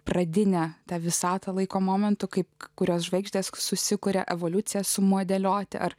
pradinę tą visatą laiko momentu kaip kurios žvaigždės susikuria evoliucija sumodeliuoti ar